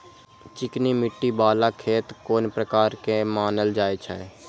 चिकनी मिट्टी बाला खेत कोन प्रकार के मानल जाय छै?